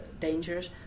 dangerous